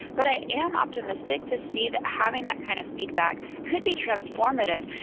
but i am optimistic to see that having that kind of feedback could be transformative.